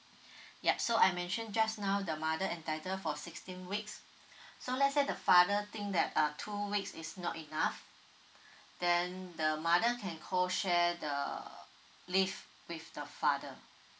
yup so I mention just now the mother entitled for sixteen weeks so let's say the father think that uh two weeks is not enough then the mother can co share the leave with the father